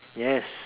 yes